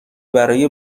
برای